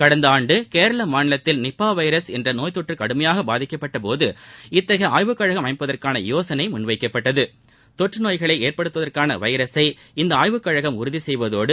கடந்த ஆண்டு கேரள மாநிலத்தில் நிஃபா வைரஸ் என்ற நோய்த்தொற்று கடுமையாக பாதிக்கப்பட்டபோது இத்தகைய ஆய்வுக்கழகம் அமைப்பதற்கு யோசனை முன்வைக்கப்பட்டது தொற்று நோய்களை ஏற்படுத்துவதற்கான வைரஸை இந்த ஆய்வுக்கழகம் உறுதி செய்வதோடு